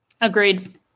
Agreed